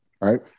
right